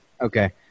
Okay